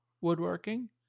woodworking